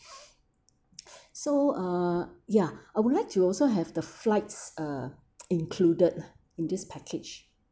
so uh ya I would like to also have the flights uh included lah in this package